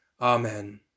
Amen